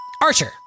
Archer